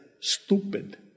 Stupid